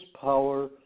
power